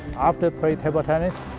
after pre table tennis,